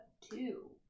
two